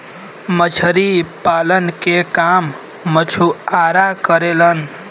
मछरी पालन के काम मछुआरा करेलन